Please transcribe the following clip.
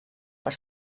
per